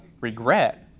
regret